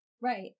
Right